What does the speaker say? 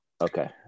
okay